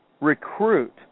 recruit